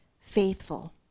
faithful